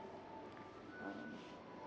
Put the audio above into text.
um